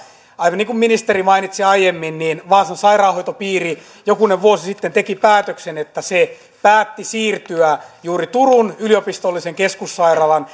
aivan niin kuin ministeri mainitsi aiemmin vaasan sairaanhoitopiiri jokunen vuosi sitten teki päätöksen että se päätti siirtyä juuri turun yliopistollisen keskussairaalan